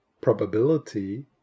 probability